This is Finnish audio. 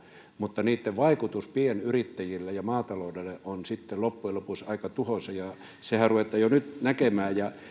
mutta niitten vaikutus pienyrittäjille ja maataloudelle on sitten loppujen lopuksi aika tuhoisa ja sehän ruvetaan jo nyt näkemään